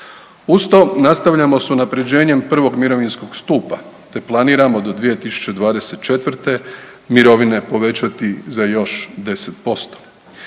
Uz to nastavljamo s unapređenjem prvom mirovinskog stupa te planiramo do 2024. mirovine povećati za još 10%.